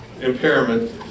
impairment